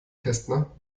kästner